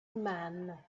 man